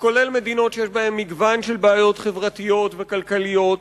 כולל מדינות שיש בהן מגוון של בעיות חברתיות וכלכליות,